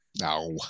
No